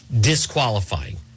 disqualifying